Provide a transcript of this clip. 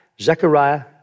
Zechariah